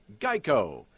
Geico